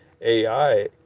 AI